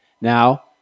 Now